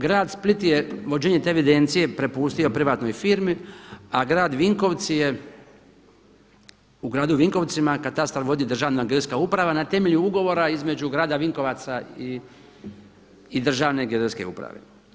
Grad Split je, vođenje te evidencije prepustio privatnoj firmi, a grad Vinkovci je, u gradu Vinkovcima katastar vodi Državna geodetska uprava na temelju ugovora između grada Vinkovaca i Državne geodetske uprave.